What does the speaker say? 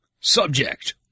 Subject